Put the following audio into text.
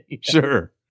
Sure